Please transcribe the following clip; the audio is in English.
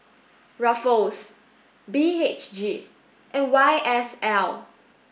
ruffles B H G and Y S L